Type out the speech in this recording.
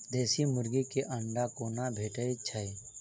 देसी मुर्गी केँ अंडा कोना भेटय छै?